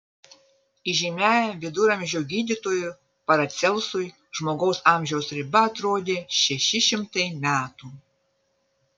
įžymiajam viduramžių gydytojui paracelsui žmogaus amžiaus riba atrodė šeši šimtai metų